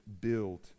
build